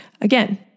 Again